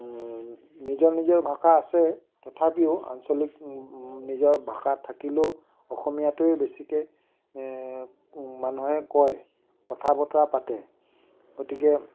নিজৰ নিজৰ ভাষা আছে তথাপিও আঞ্চলিক নিজৰ ভাষা থাকিলেও অসমীয়াটোৱে বেছিকৈ মানুহে কয় কথা বতৰা পাতে গতিকে